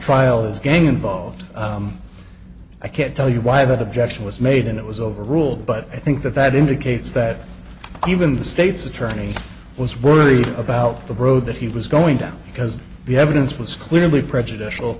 trial is getting involved i can't tell you why that objection was made and it was overruled but i think that that indicates that even the state's attorney was worried about the road that he was going down because the evidence was clearly prejudicial